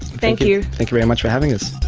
thank you. thank you very much for having us